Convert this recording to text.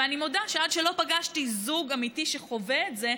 ואני מודה שעד שלא פגשתי זוג אמיתי שחווה את זה,